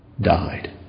died